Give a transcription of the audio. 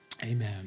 Amen